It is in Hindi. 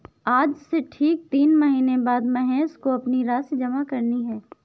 आज से ठीक तीन महीने बाद महेश को अपनी राशि जमा करनी है